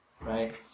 Right